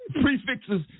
prefixes